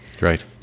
Right